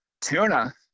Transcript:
Tuna